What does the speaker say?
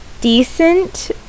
decent